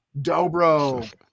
Dobro